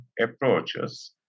approaches